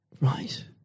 Right